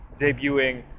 debuting